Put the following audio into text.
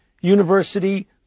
university